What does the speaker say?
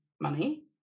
money